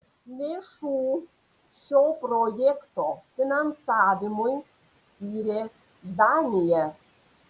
lėšų šio projekto finansavimui skyrė danija